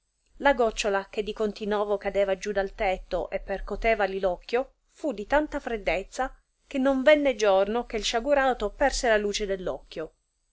la giocciola che di contino vo cadeva giù del tetto e percotevali r occhio fu di tanta freddezza che non venne giorno che sciagurato perse la luce dell